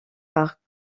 par